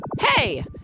Hey